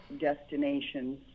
destinations